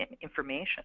information